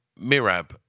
Mirab